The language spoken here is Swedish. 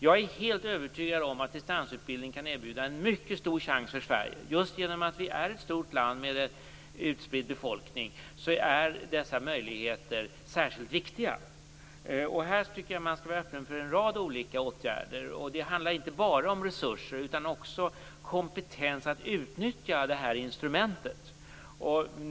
Jag är helt övertygad om att distansutbildning kan erbjuda en mycket stor chans för Sverige. I och med att vi har ett stort land med utspridd befolkning är dessa möjligheter särskilt viktiga. Här tycker jag att man skall vara öppen för en rad olika åtgärder. Det handlar inte bara om resurser utan också om kompetens att utnyttja det här instrumentet.